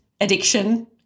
addiction